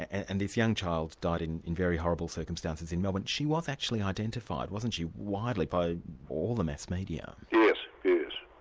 and this young child died in in very horrible circumstances in melbourne. she was actually identified, wasn't she, widely by all the mass media. yes.